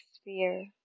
sphere